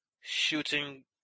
shooting